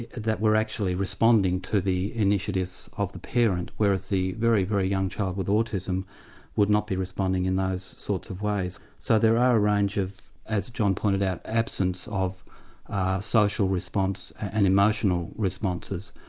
that were actually responding to the initiatives of the parent whereas the very, very young child with autism would not be responding in those sorts of ways. so there are a range, as john pointed out, absence of social response and emotional responses